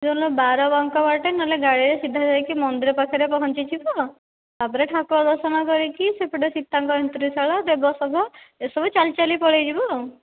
ସେ ବାର ବାଙ୍କ ବାଟେ ନହେଲେ ଗାଡ଼ିରେ ସିଧା ଯାଇକି ମନ୍ଦିରରେ ପହଞ୍ଚି ଯିବ ତା'ପରେ ଠାକୁର ଦର୍ଶନ କରିକି ସେପଟେ ସୀତାଙ୍କ ଏନ୍ତୁଡ଼ି ଶାଳା ଦେବ ସଭା ଏସବୁ ଚାଲି ଚାଲି ପଳାଇଯିବ ଆଉ